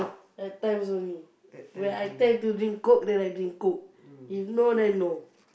at times only when I tend to drink Coke then I drink Coke if no then no